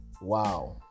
wow